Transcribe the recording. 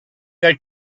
got